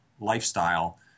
lifestyle